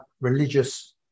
religious